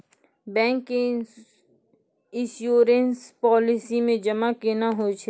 Bank के insurance policy मे जमा केना होय छै?